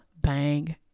bang